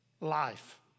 life